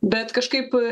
bet kažkaip